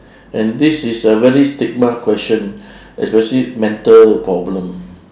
and this is a very stigma question especially mental problem